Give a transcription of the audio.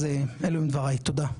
אז אלו הם דבריי, תודה.